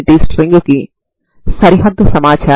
x L వద్ద మీరు ఇంకొక దాన్ని పొందవచ్చు